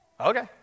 Okay